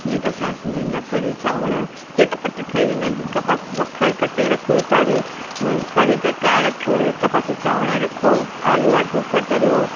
जीअं त असांजा सिंधियुनि जा कढ़ी चावर झटिपटि ठही वेंदा आहिनि हिकु पासे वखर कटे रखि तरि कढ़ी टहिकाइण रखि हिक पासे चांवर रखो आलूअ जा टुक तरियो